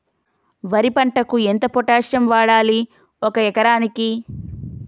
వరి పంటకు ఎంత పొటాషియం వాడాలి ఒక ఎకరానికి?